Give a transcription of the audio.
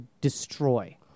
destroy